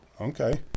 Okay